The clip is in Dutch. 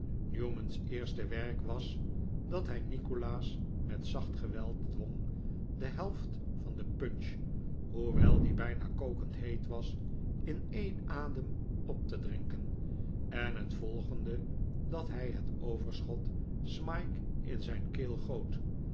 newman's eerste werk was dat hij nikolaas met zacht geweld dwong de helft van de punch hoewel die bijna kokend heet was in een adem op te drinken en het volgende dat hij het overschot smike in zijn keel goot